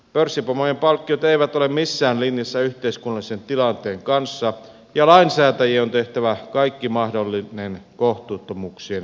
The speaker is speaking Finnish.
pörssipomojen palkkiot eivät ole missään linjassa yhteiskunnallisen tilanteen kanssa ja lainsäätäjien on tehtävä kaikki mahdollinen kohtuuttomuuksien karsimiseksi